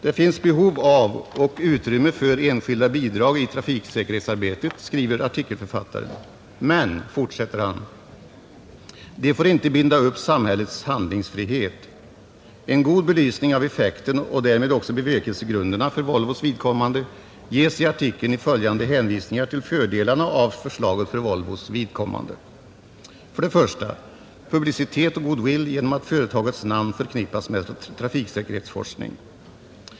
Det finns behov av och utrymme för enskilda bidrag i trafiksäkerhetsarbetet, skriver artikelförfattaren, men — fortsätter han — de får inte binda upp samhällets handlingsfrihet. En god belysning av effekten och därmed också av bevekelsegrunderna för Volvos vidkommande ges i artikeln i följande hänvisningar till fördelarna av förslaget för Volvo: 1. Publicitet och good will genom att företagets namn förknippas med trafiksäkerhetsforskning.